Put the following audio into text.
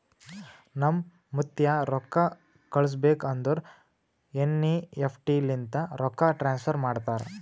ನಮ್ ಮುತ್ತ್ಯಾ ರೊಕ್ಕಾ ಕಳುಸ್ಬೇಕ್ ಅಂದುರ್ ಎನ್.ಈ.ಎಫ್.ಟಿ ಲಿಂತೆ ರೊಕ್ಕಾ ಟ್ರಾನ್ಸಫರ್ ಮಾಡ್ತಾರ್